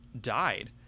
died